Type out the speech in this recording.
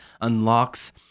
unlocks